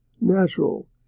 natural